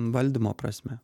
valdymo prasme